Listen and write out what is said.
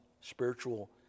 spiritual